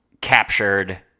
captured